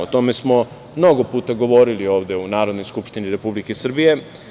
O tome smo mnogo puta govorili ovde u Narodnoj skupštini Republike Srbije.